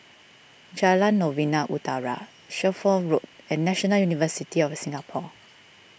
Jalan Novena Utara Shelford Road and National University of Singapore